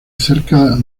cerca